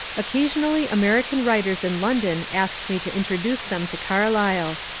occasionally american writers in london asked me to introduce them to carlyle.